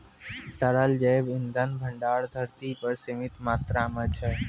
तरल जैव इंधन भंडार धरती पर सीमित मात्रा म छै